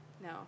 No